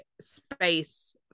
space